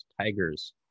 tigers